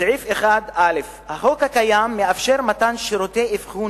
סעיף 1(א) החוק הקיים מאפשר מתן שירותי אבחון